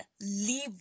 leave